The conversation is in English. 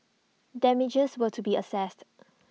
damages were to be assessed